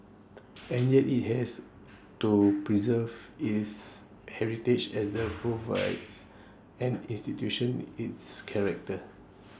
and yet IT has to preserve its heritage as that provides an institution its character